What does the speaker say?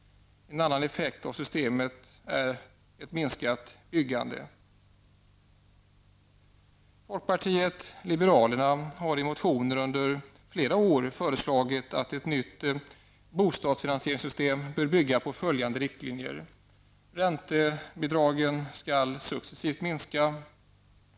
En annan effekt av systemet är ett minskat byggande. Folkpartiet liberalerna har i motioner under flera år föreslagit att ett nytt bostadsfinansieringssystem skall bygga på följande riktlinjer. Räntebidragen skall successivt minska.